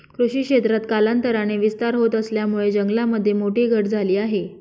कृषी क्षेत्रात कालांतराने विस्तार होत असल्यामुळे जंगलामध्ये मोठी घट झाली आहे